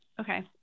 Okay